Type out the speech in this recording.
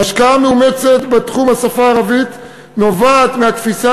ההשקעה המאומצת בתחום השפה הערבית נובעת מהתפיסה